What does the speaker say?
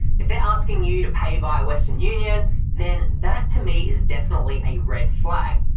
if they're asking you to pay via western union then that to me is definitely a red flag.